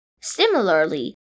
Similarly